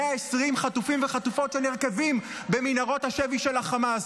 120 חטופים וחטופות שנרקבים במנהרות השבי של החמאס.